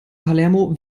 palermo